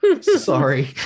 sorry